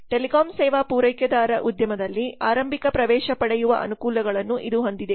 telecom ಸೇವಾ ಪೂರೈಕೆದಾರ ಉದ್ಯಮದಲ್ಲಿ ಆರಂಭಿಕ ಪ್ರವೇಶ ಪಡೆಯುವ ಅನುಕೂಲಗಳನ್ನು ಇದು ಹೊಂದಿದೆ